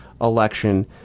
election